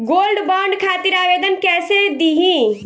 Gold bond खातिर आवेदन कैसे दिही?